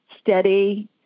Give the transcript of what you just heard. steady